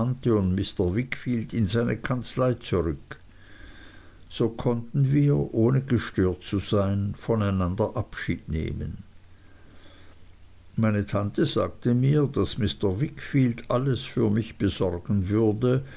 mr wickfield in seine kanzlei zurück so konnten wir ohne gestört zu sein von einander abschied nehmen meine tante sagte mir daß mr wickfield alles für mich besorgen würde